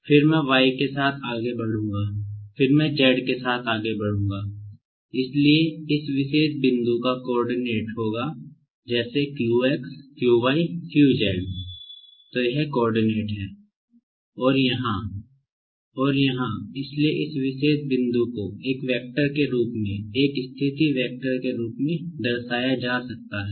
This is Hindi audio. और यहां इसलिए इस विशेष बिंदु को एक वेक्टर के रूप में एक स्थिति वेक्टर आवश्यकता है